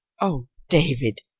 oh, david,